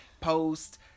post